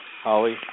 Holly